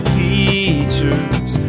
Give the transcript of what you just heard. teachers